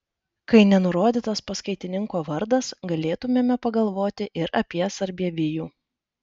kai nenurodytas paskaitininko vardas galėtumėme pagalvoti ir apie sarbievijų